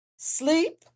sleep